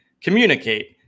communicate